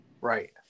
right